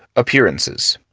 appearances.